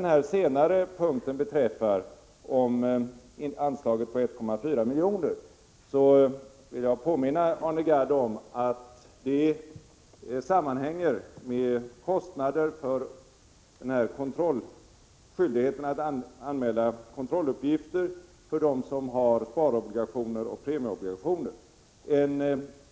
När det gäller anslaget på 1,4 milj.kr. vill jag påminna Arne Gadd om att beloppet sammanhänger med kostnaderna för skyldigheten att inlämna kontrolluppgifter för dem som har sparobligationer och premieobligationer — en